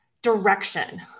Direction